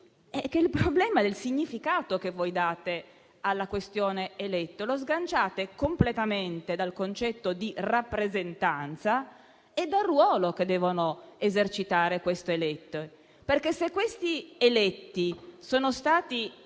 che il problema è il significato che voi date al concetto di «eletto»: lo sganciate completamente dal concetto di rappresentanza e dal ruolo che devono esercitare gli eletti. Se questi eletti infatti